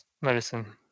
Medicine